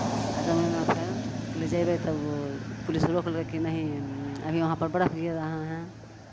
आ जम्मूमे फेर कहलियै जयबै तब पुलिस रोकलकै कि नहीं अभी वहाँपर बर्फ गिर रहा है